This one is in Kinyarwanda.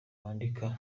bandika